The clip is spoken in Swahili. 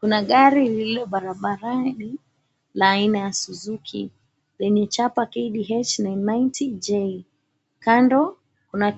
Kuna gari lililo barabarani la aina ya Suzuki lenye chapa KDH 990J. Kando kuna